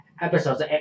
episodes